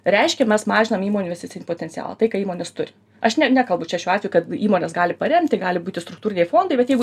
reiškia mes mažinam įmonių investicinį potencialą tai ką įmonės turi aš ne nekalbu čia šiuo atveju kad įmonės gali paremti gali būti struktūriniai fondai bet jeigu